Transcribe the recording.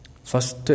First